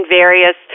various